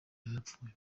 yarapfuye